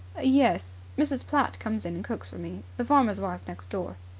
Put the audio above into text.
yes. mrs. platt comes in and cooks for me. the farmer's wife next door.